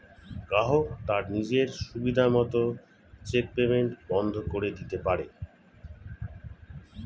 গ্রাহক তার নিজের সুবিধা মত চেক পেইমেন্ট বন্ধ করে দিতে পারে